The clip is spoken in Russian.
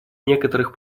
некоторых